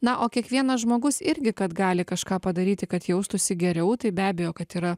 na o kiekvienas žmogus irgi kad gali kažką padaryti kad jaustųsi geriau tai be abejo kad yra